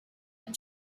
and